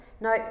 now